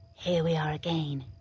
here we are again.